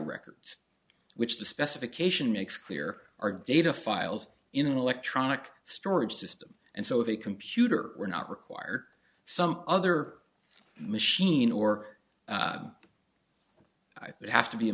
records which the specification makes clear are data files in an electronic storage system and so if a computer were not required some other machine or i would have to be a